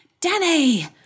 Danny